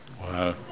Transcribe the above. Wow